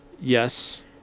Yes